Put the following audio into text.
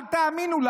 אל תאמינו לה.